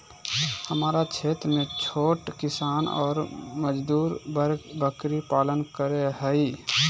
हमरा क्षेत्र में छोट किसान ऑर मजदूर वर्ग बकरी पालन कर हई